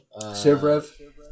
Sivrev